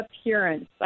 appearance